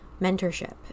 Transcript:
mentorship